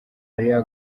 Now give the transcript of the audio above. ariana